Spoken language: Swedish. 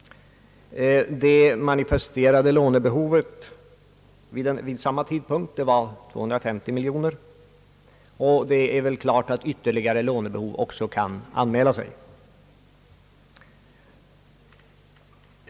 Det manifesterade lånebehovet vid samma tidpunkt var 250 miljoner, och det står klart att ytterligare lånebehov kan anmäla sig.